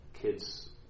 kids